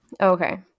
Okay